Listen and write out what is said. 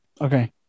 okay